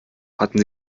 hatten